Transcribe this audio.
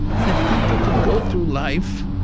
and if people could go through life